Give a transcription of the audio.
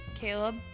Caleb